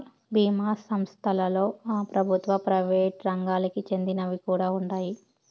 బీమా సంస్థలలో ప్రభుత్వ, ప్రైవేట్ రంగాలకి చెందినవి కూడా ఉన్నాయి